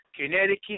Connecticut